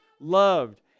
loved